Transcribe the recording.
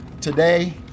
today